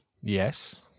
Yes